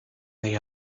the